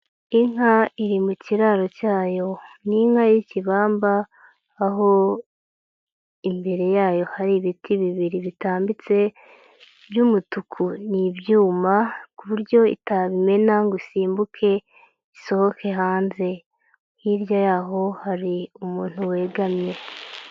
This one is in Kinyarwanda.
Inka iri mu kiraro cyayo, ni inka y'ikibamba aho imbere yayo hari ibiti bibiri bitambitse by'umutuku, ni ibyuma ku buryo itabimena ngo isimbuke isohoke hanze, hirya y'aho hari umuntu wegamye.